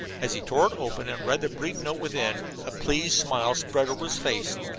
as he tore it open and read the brief note within, a pleased smile spread over his face.